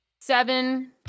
seven